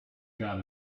got